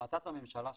החלטת הממשלה שהתקבלה,